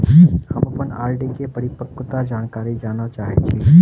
हम अप्पन आर.डी केँ परिपक्वता जानकारी जानऽ चाहै छी